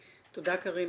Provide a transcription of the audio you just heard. תודה, קארין.